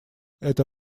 это